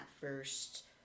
first